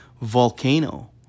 volcano